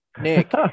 Nick